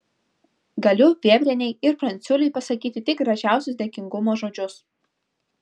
galiu vėbrienei ir pranciuliui pasakyti tik gražiausius dėkingumo žodžius